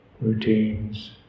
routines